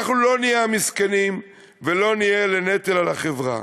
אנחנו לא נהיה המסכנים ולא נהיה לנטל על החברה.